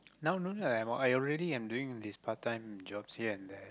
now no about I already in doing this part time job here at there